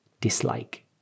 dislike